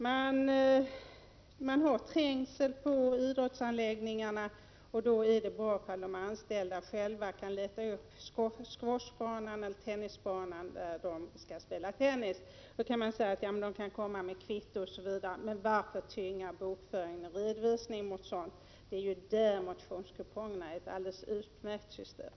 Det är trängsel på idrottsanläggningarna, och då är det bra om de anställda själva letar upp en squashbana eller tennisbana. De anställda kan komma till arbetsgivaren med kvitton, har det sagts. Men varför tynga bokföring och redovisning med sådant? Det är för att man skall slippa detta som motionskupongerna är ett alldeles utmärkt system.